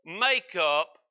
makeup